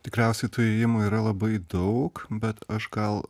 tikriausiai tų įėjimų yra labai daug bet aš gal